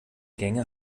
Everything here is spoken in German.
gänge